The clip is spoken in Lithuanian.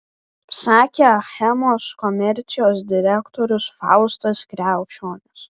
sakė achemos komercijos direktorius faustas kriaučionis